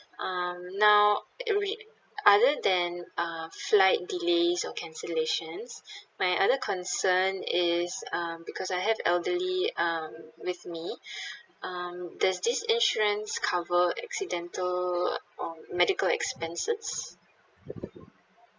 um now uh re~ other than uh flight delays or cancellations my other concern is um because I have elderly um with me um does this insurance cover accidental or medical expenses